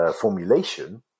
formulation